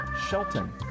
Shelton